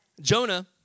Jonah